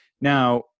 Now